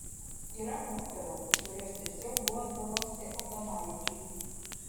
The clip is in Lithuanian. yra moterų kurios tiesiog guosdavosi adomaičiui